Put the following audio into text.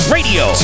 Radio